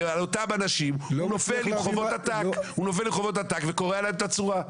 ועל אותם אנשים הוא נופל עם חובות עתק וקורע להם את הצורה.